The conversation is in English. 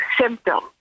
symptoms